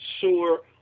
sewer